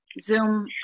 Zoom